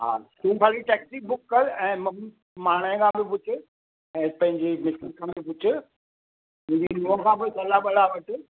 हा तूं ख़ाली टैक्सी बुक करि ऐं माणे खां बि पुछु ऐं पंहिंजी मिसिज़ खां बि पुछु पंहिंजी नूंहं खां बि सलाह वलाह वठि